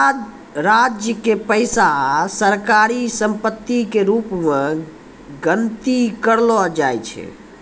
राज्य के पैसा सरकारी सम्पत्ति के रूप मे गनती करलो जाय छै